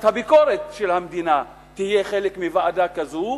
לביקורת המדינה תהיה חלק מוועדה כזו,